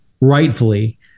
rightfully